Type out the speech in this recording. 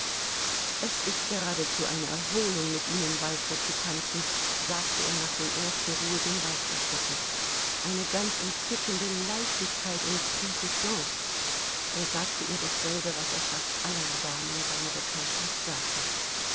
es ist geradezu eine erholung mit ihnen walzer zu tanzen sagte er nach den ersten ruhigen walzerschritten eine ganz entzückende leichtigkeit und prcision er sagte ihr dasselbe was er fast allen damen seiner bekanntschaft sagte